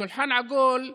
שולחן עגול,